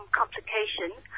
complications